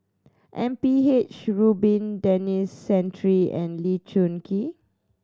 M P H Rubin Denis Santry and Lee Choon Kee